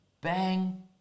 Bang